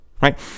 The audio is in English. right